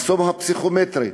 מחסום הפסיכומטרי.